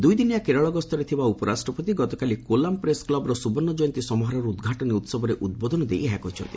ଦୁଇ ଦିନିଆ କେରଳ ଗସ୍ତରେ ଥିବା ଉପରାଷ୍ଟ୍ରପତି ଗତକାଲି କୋଲାମ୍ ପ୍ରେସ୍ କ୍ଲବ୍ର ସୁବର୍ଣ୍ଣ ଜୟନ୍ତୀ ସମାରୋହର ଉଦ୍ଘାଟନୀ ଉତ୍ବରେ ଉଦ୍ବୋଧନ ଦେଇ ଏହା କହିଛନ୍ତି